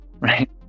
Right